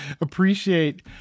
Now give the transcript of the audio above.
appreciate